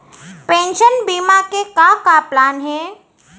Pension बीमा के का का प्लान हे?